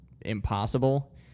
impossible